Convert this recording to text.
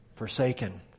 forsaken